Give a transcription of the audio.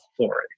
authority